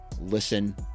listen